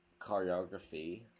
choreography